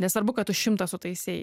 nesvarbu kad tu šimtą sutaisei